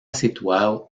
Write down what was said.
situado